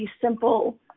simple